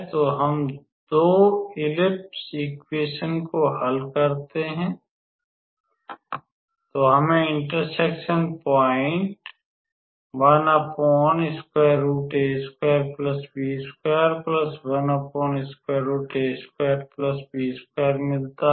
तो हम 2 दीर्घवृत्त समीकरण को हल करते हैं तो हमें इंटरसेक्शन पॉइंट मिलता है